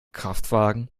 kraftwagen